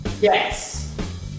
Yes